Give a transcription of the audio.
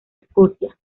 escocia